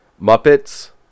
Muppets